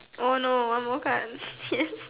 oh no one more card yes